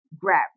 Grab